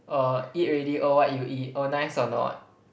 err eat already oh what you eat oh nice or not